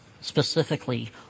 specifically